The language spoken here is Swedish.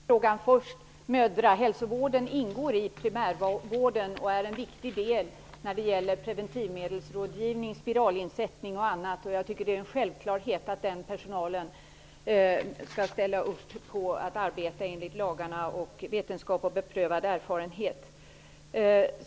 Herr talman! Jag besvarar den sista frågan först. Mödrahälsovården ingår i primärvården och är en viktig del när det gäller preventivmedelsrådgivning, spiralinsättning osv. Det är en självklarhet att personalen där skall ställa upp på att arbeta enligt lagarna samt enligt vetenskap och beprövad erfarenhet.